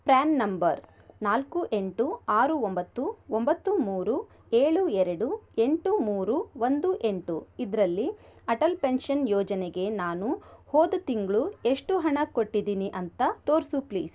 PRAN number ನಾಲ್ಕು ಎಂಟು ಆರು ಒಂಬತ್ತು ಒಂಬತ್ತು ಮೂರು ಏಳು ಎರಡು ಎಂಟು ಮೂರು ಒಂದು ಎಂಟು ಇದರಲ್ಲಿ ಅಟಲ್ ಪೆನ್ಷನ್ ಯೋಜನೆಗೆ ನಾನು ಹೋದ ತಿಂಗಳು ಎಷ್ಟು ಹಣ ಕೊಟ್ಟಿದ್ದೀನಿ ಅಂತ ತೋರಿಸು ಪ್ಲೀಸ್